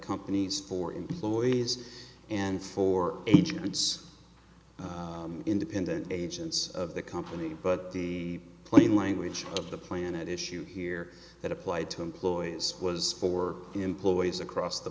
company's four employees and four agents independent agents of the company but the plain language of the planet issue here that applied to employees was for employees across the